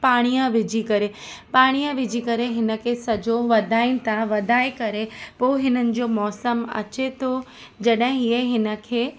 पाणी विझी करे पाणी विझी करे हिनखे सॼो वधाइनि था वधाए करे पोइ हिननि जो मौसम अचे थो जॾहिं हीअं हिननि खे